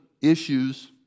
issues